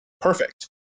Perfect